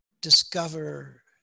discover